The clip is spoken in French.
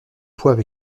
poids